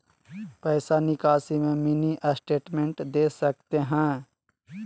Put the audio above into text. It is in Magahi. पैसा निकासी में मिनी स्टेटमेंट दे सकते हैं?